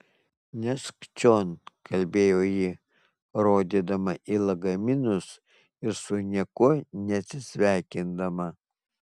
nešk čion kalbėjo ji rodydama į lagaminus ir su niekuo nesisveikindama